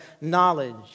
knowledge